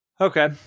okay